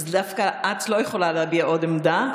דווקא את לא יכולה להביע עוד עמדה,